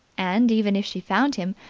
and, even if she found him,